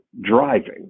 driving